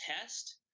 test